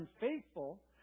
unfaithful